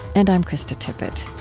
and i'm krista tippett